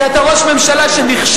כי אתה ראש ממשלה שנכשל,